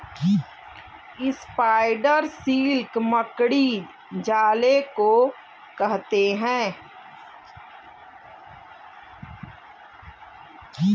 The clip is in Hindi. स्पाइडर सिल्क मकड़ी जाले को कहते हैं